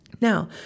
Now